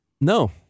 No